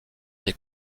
des